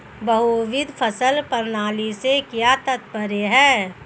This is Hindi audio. बहुविध फसल प्रणाली से क्या तात्पर्य है?